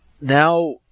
now